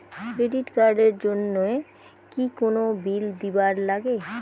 Credit card এর জন্যে কি কোনো বিল দিবার লাগে?